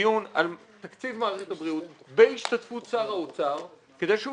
דיון על תקציב מערכת הבריאות בהשתתפות שר האוצר כדי שהוא